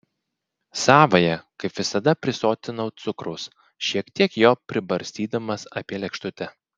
savąją kaip visada prisotinau cukraus šiek tiek jo pribarstydamas apie lėkštutę